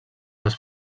les